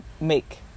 make